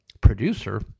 producer